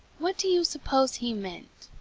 what do you suppose he meant?